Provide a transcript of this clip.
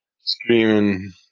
screaming